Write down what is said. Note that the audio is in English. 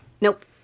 Nope